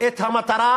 את המטרה